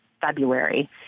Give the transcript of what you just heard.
February